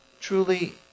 truly